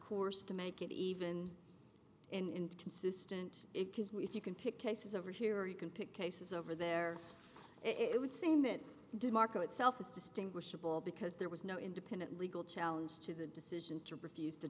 course to make it even and consistent it because you can pick cases over here or you can pick cases over there it would seem that demarco itself is distinguishable because there was no independent legal challenge to the decision to refuse to